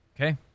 Okay